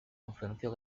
influenció